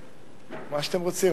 מה שאתם רוצים.